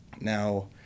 Now